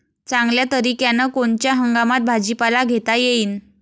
चांगल्या तरीक्यानं कोनच्या हंगामात भाजीपाला घेता येईन?